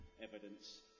evidence